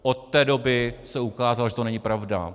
Od té doby se ukázalo, že to není pravda.